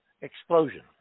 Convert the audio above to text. explosion